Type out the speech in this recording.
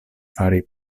fari